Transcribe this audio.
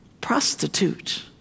prostitute